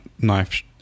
knife